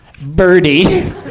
birdie